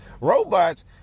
robots